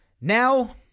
Now